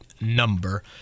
number